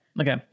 okay